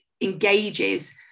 engages